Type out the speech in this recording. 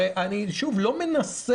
הרי אני לא מנסה,